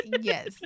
Yes